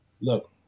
look